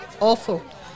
awful